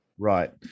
Right